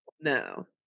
No